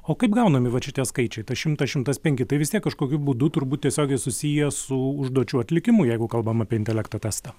o kaip gaunami vat šitie skaičiai tas šimtas šimtas penki tai vis tiek kažkokiu būdu turbūt tiesiogiai susiję su užduočių atlikimu jeigu kalbam apie intelekto testą